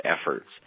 efforts